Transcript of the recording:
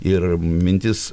ir mintis